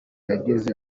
yageze